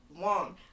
long